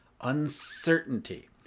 Uncertainty